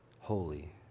holy